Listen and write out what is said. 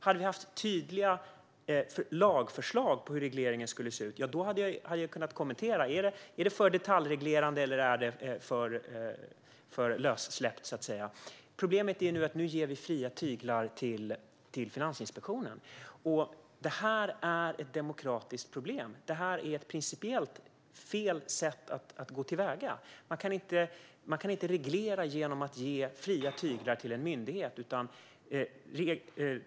Hade vi haft tydliga lagförslag på hur regleringen skulle se ut hade jag kunnat kommentera om det är för detaljreglerande eller för lössläppt. Problemet är att vi nu ger fria tyglar till Finansinspektionen. Detta är ett demokratiskt problem. Det är principiellt fel sätt att gå till väga. Man kan inte reglera genom att ge fria tyglar till en myndighet.